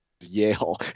Yale